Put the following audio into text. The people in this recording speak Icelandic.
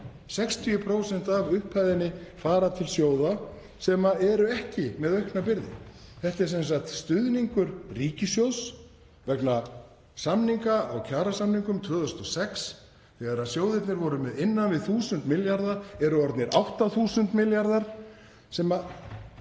60% af upphæðinni fara til sjóða sem eru ekki með aukna byrði. Þetta er sem sagt stuðningur ríkissjóðs vegna samninga og kjarasamninga 2006 þegar sjóðirnir voru með innan við 1.000 milljarða, sem eru orðnir 8.000 milljarðar, sem er